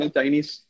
Chinese